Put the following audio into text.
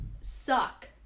suck